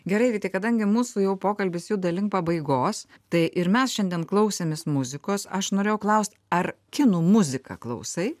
gerai vyti kadangi mūsų jau pokalbis juda link pabaigos tai ir mes šiandien klausėmės muzikos aš norėjau klaust ar kinų muziką klausai